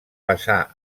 passà